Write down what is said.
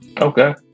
okay